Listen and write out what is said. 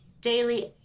daily